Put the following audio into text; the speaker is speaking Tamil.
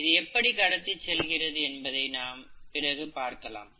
இது எப்படி கடத்திச் செல்கிறது என்பதை நாம் பிறகு பார்க்கலாம்